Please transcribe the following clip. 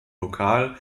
lokal